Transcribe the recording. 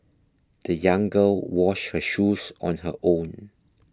the young girl washed her shoes on her own